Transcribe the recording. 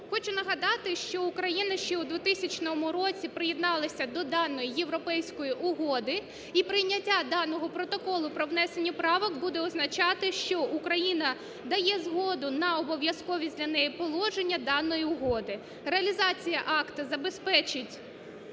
Хочу нагадати, що Україна ще у 2000 році приєдналася до даної Європейської угоди і прийняття даного Протоколу по внесенню правок буде означати, що Україна дає згоду на обов'язковість для неї положення даної угоди. Реалізація акту забезпечить